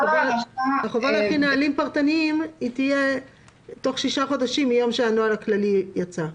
החובה להכין נהלים פרטניים תהיה תוך שישה חודשים מיום שהנוהל הכללי יצא.